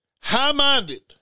high-minded